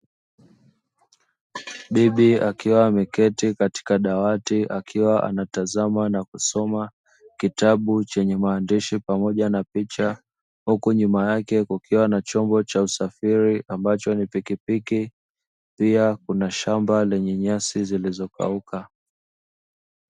Bibi akiwa ameketi katika dawati akiwa anatazama na kusoma kitabu chenye maandishi pamoja na picha, huku nyuma yake kukiwa na chombo cha usafiri ambacho ni pikipiki, pia kuna shamba lenye nyasi zilizokauka.